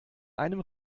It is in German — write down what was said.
einem